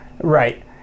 Right